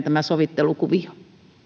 tämä sovittelukuvio